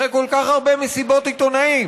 אחרי כל כך הרבה מסיבות עיתונאים,